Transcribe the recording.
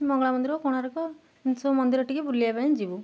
ମଙ୍ଗଳା ମନ୍ଦିର କୋଣାର୍କ ଏମିତି ସବୁ ମନ୍ଦିର ଟିକେ ବୁଲିବା ପାଇଁ ଯିବୁ